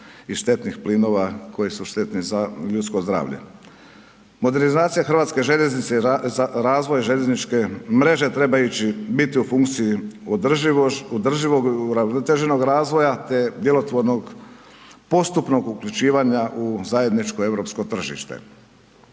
i štetnih plinova koji su štetni za ljudsko zdravlje. Modernizacija hrvatske željeznice i razvoj željezničke mreže treba ići, biti u funkciji održivog uravnoteženog razvoja, te djelotvornog postupnog uključivanja u zajedničko europsko tržište.